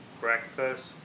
breakfast